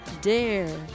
Dare